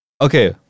Okay